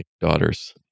daughters